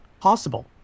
possible